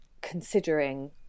considering